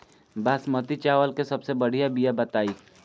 बासमती चावल के सबसे बढ़िया बिया बताई?